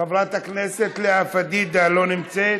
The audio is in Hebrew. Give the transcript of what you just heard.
חברת הכנסת לאה פדידה, לא נמצאת,